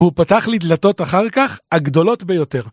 ‫בהמשך הוא פתח לי דלתות ‫גדולות יותר.